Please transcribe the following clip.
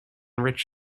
rich